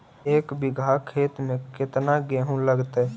एक बिघा खेत में केतना गेहूं लगतै?